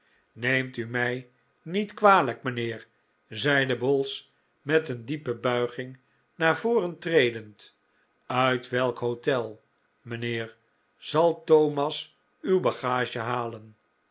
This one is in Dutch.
neemt u mij niet kwalijk mijnheer zeide bowls met een diepe buiging naar voren tredend uit welk hotel mijnheer zal thomas uw bagage halen